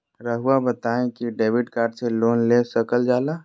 रहुआ बताइं कि डेबिट कार्ड से लोन ले सकल जाला?